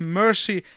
mercy